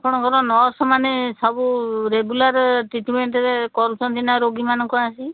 ଆପଣଙ୍କର ନର୍ସମାନେ ସବୁ ରେଗୁଲାର ଟ୍ରିଟମେଣ୍ଟ୍ କରୁଛନ୍ତି ନା ରୋଗୀମାନଙ୍କୁ ଆସି